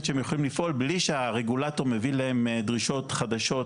שהם יכולים לפעול בלי שהרגולטור מביא להם דרישות חדשות